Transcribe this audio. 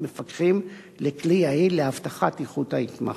מפקחים לכלי יעיל להבטחת איכות ההתמחות.